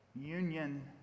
Union